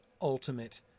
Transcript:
ultimate